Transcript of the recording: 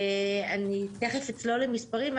תיכף אצלול למספרים.